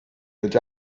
that